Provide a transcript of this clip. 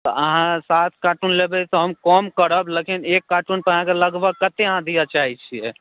तऽ अहाँ सात कार्टून लेबै तऽ हम कम करब लेकिन एक कार्टून पर अहाँके लगभग कतय अहाँ दिअ चाहै छियै